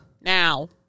Now